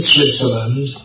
Switzerland